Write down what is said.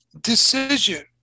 decision